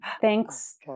thanks